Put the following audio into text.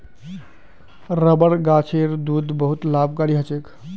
rubber गाछेर दूध बहुत लाभकारी ह छेक